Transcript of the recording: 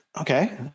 okay